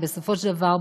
ובסופו של דבר,